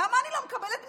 למה אני לא מקבלת מינויים,